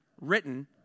written